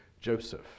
Joseph